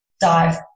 dive